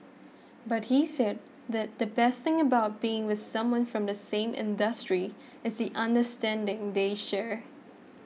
but he said that the best thing about being with someone from the same industry is the understanding they share